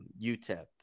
utep